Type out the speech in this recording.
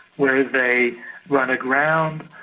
where they run aground,